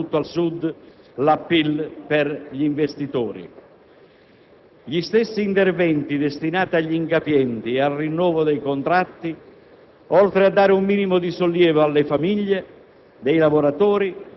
aumentare la vivibilità nei vari territori e, soprattutto al Sud, l'*appeal* per gli investitori. Gli stessi interventi destinati agli incapienti e al rinnovo dei contratti,